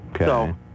Okay